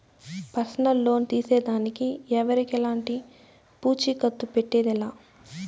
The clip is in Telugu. పర్సనల్ లోన్ తీసేదానికి ఎవరికెలంటి పూచీకత్తు పెట్టేదె లా